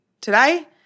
today